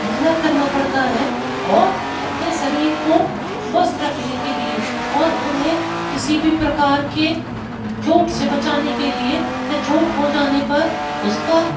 मेहनत करना पड़ता हैं और अपने शरीर को स्वस्थ रखने के लिए और उन्हें किसी भी प्रकार के चोट से बचाने के लिए चोट हो जाने पर उसका